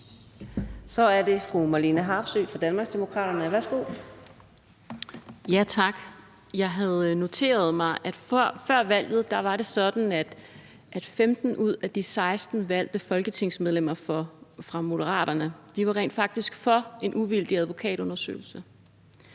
Så er det fru Marlene Harpsøe fra Danmarksdemokraterne. Værsgo. Kl. 15:20 Marlene Harpsøe (DD): Tak. Jeg havde noteret mig, at før valget var det sådan, at 15 ud af de 16 valgte folketingsmedlemmer fra Moderaterne rent faktisk var for en uvildig advokatundersøgelse.